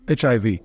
HIV